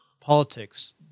politics